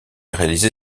réalisé